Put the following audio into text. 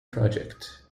project